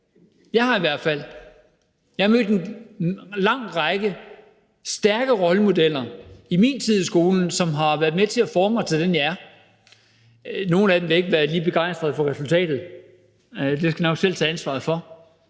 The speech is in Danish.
jeg har i hvert fald. Jeg har mødt en lang række stærke rollemodeller i min tid i skolen, som har været med til at forme mig til den, jeg er. Nogle af dem vil ikke være lige begejstrede for resultatet. Det skal jeg nok selv tage ansvaret for,